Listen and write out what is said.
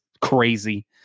crazy